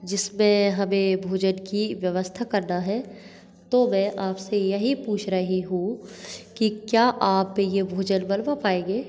जिसमें हमें भोजन की व्यवस्था करना है तो मैं आप से यही पूछ रही हूँ कि क्या आप यह भोजन बनवा पाएँगे